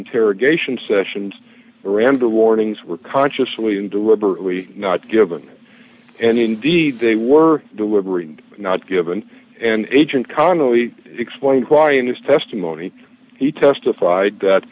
interrogation sessions render warnings were consciously and deliberately not given and indeed they were deliberate and not given and agent connelly explained why in his testimony he testified that